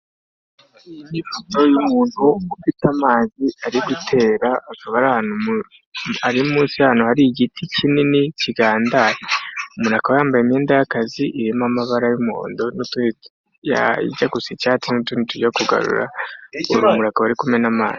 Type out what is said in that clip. Ufite amazi ari gutera hakaba hari igiti kinini kigandaye akaba yambaye imyenda y'akazi irimo amabara y'umuhondo n'ayajya gusa n'utundi tujya kugarura urumuri akaba ari kumena amazi.